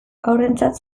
haurrentzat